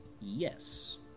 yes